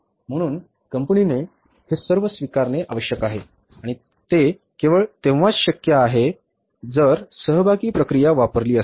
म्हणून कंपनीने हे सर्व स्वीकारणे आवश्यक आहे आणि ते केवळ तेव्हाच शक्य आहे जर सहभागी प्रक्रिया वापरली असेल